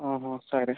సరే